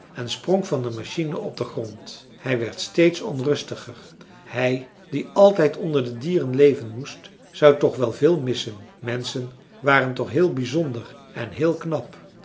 en sprong van de machine op den grond hij werd steeds onrustiger hij die altijd onder de dieren leven moest zou toch wel veel missen menschen waren toch heel bizonder en heel knap